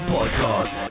Podcast